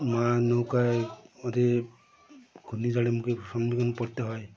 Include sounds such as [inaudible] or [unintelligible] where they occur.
[unintelligible] নৌকায় করে ঘূর্ণিঝড়ের মুখে সম্মুখীন পড়তে হয়